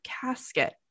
casket